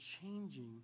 changing